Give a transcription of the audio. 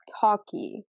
talky